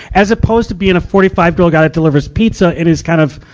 as opposed to being a forty five year old guy that delivers pizza, and is kind of,